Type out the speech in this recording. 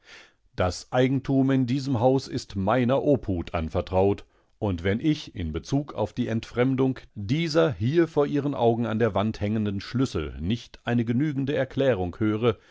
munder wieder in sein feierliches wesen und seine hochtrabende redeweiseverfallend daseigentumindiesemhauseistmeinerobhutanvertrautund wenn ich in bezug auf die entfremdung dieser hier vor ihren augen an der wand hängenden schlüssel nicht eine genügende erklärung höre